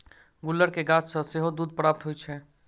गुलर के गाछ सॅ सेहो दूध प्राप्त होइत छै